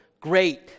great